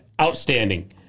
outstanding